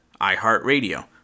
iHeartRadio